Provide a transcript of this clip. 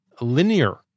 linear